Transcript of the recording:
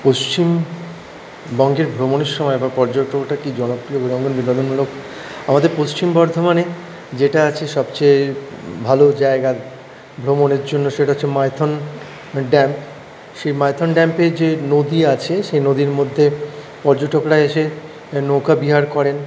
পশ্চিমবঙ্গের ভ্রমণের সময় বা পর্যটনটা কি জনপ্রিয় আমাদের পশ্চিম বর্ধমানে যেটা আছে সবচেয়ে ভালো জায়গা ভ্রমণের জন্য সেটা হচ্ছে মাইথন ড্যাম সেই মাইথন ড্যামে যে নদী আছে সেই নদীর মধ্যে পর্যটকরা এসে নৌকা বিহার করেন